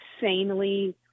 insanely